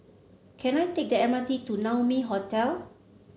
can I take the M R T to Naumi Hotel